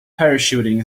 parachuting